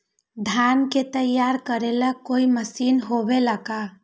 धान के तैयार करेला कोई मशीन होबेला का?